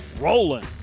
rolling